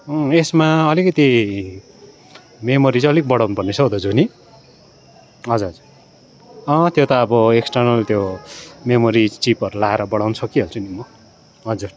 अँ यसमा अलिकिति मेमोरी चाहिँ अलिक बढाउनु पर्ने रहेछ हौ दाजु नि हजुर हजुर अँ त्यो त अब एक्सटर्नल त्यो मेमोरी चिपहरू लाएर बढाउनु सकिहाल्छु नि म हजुर